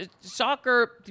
soccer